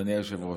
אדוני היושב-ראש,